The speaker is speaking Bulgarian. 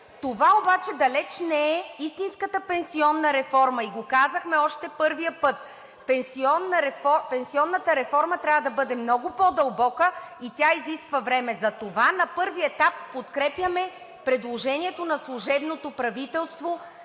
Това обаче далеч не е истинската пенсионна реформа, и го казахме още първия път. Пенсионната реформа трябва да бъде много по дълбока и тя изисква време. Затова на първия етап подкрепяме предложението на служебното правителство